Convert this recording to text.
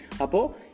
Apo